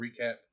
recap